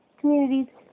communities